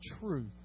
truth